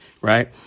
Right